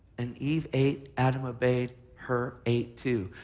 and eve ate, adam obeyed her. ate, too.